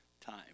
time